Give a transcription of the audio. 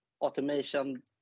automation